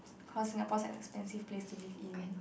cause Singapore an expensive place to live in